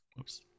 Oops